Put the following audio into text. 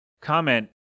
comment